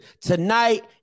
tonight